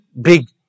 big